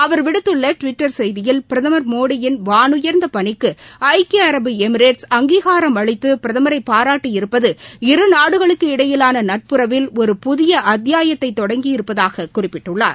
அவர் விடுத்துள்ளடிவிட்டர் செய்தியில் பிரதமர் மோடியின் வானுயர்ந்தபணிக்குஐக்கிய அரபு எமிரேட்ஸ் அங்கீகாரம் அளித்துபிரதமரைபாராட்டியிருப்பது இருநாடுகளுக்கு இடையிலானநட்புறவில் ஒரு புதியஅத்தியாயத்தைதொடங்கியிருப்பதாககுறிப்பிட்டுள்ளார்